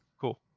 Cool